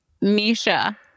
Misha